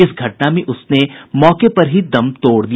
इस घटना में उसने मौके पर ही दम तोड़ दिया